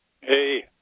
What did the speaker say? Hey